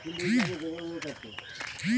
लघु व्यवसाय के लिए ऑनलाइन ऋण आवेदन कैसे करें?